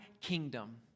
kingdom